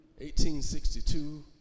1862